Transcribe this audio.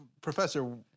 Professor